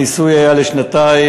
הניסוי היה לשנתיים,